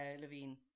Levine